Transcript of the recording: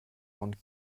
und